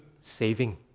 saving